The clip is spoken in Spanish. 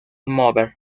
mover